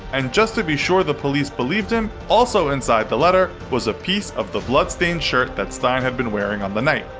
and just to be sure the police believed him, also inside the letter was a piece of the bloodstained shirt that stine had been wearing on the night.